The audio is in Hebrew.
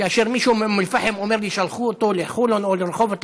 כאשר מישהו מאום אל-פחם אומר לי ששלחו אותו לחולון או לרחובות,